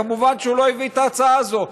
כמובן שהוא לא הביא את ההצעה הזאת,